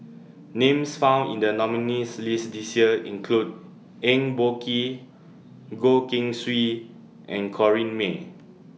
Names found in The nominees' list This Year include Eng Boh Kee Goh Keng Swee and Corrinne May